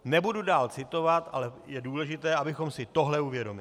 Nebudu dál citovat, ale je důležité, abychom si tohle uvědomili.